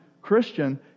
Christian